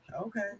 Okay